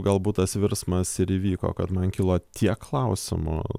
galbūt tas virsmas ir įvyko kad man kilo tiek klausimų